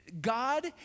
God